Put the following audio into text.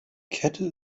kette